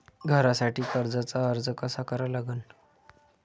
घरासाठी कर्जाचा अर्ज कसा करा लागन?